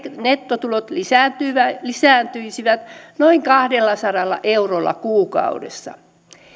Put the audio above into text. nettotulot lisääntyisivät noin kahdellasadalla eurolla kuukaudessa